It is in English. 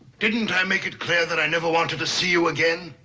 didn't i make it clear that i never wanted to see you again?